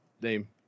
name